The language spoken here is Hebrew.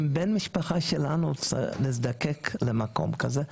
אם בן משפחה שלנו יזדקק למקום כזה,